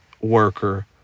worker